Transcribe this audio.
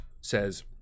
says